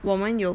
我们有